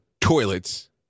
toilets